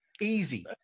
Easy